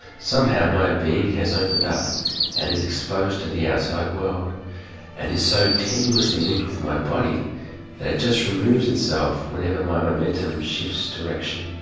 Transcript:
somehow my being has opened up and is exposed to the outside world and it's so tenuously linked with my body that it just removes itself whenever my momentum shifts direction.